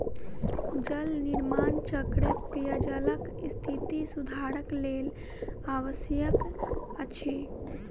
जल निर्माण चक्र पेयजलक स्थिति सुधारक लेल आवश्यक अछि